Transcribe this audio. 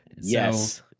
Yes